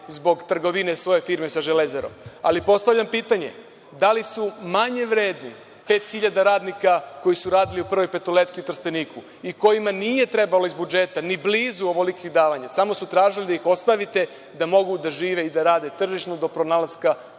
zbog trgovine svoje firme sa „Železarom“.Postavljam pitanje – da li su manje vredni pet hiljada radnika koji su radili u „Prvoj petoletki“ u Trsteniku i kojima nije trebalo iz budžeta ni blizu ovoliko davanja, samo su tražili da ih ostavite da mogu da žive i da rade tržišno do pronalaska